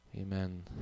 Amen